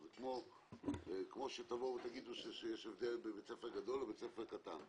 זה כמו שתגידו שיש הבדל בין בית ספר גדול לבין בית ספר קטן.